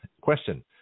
Question